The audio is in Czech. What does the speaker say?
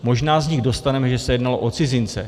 Možná z nich dostaneme, že se jednalo o cizince.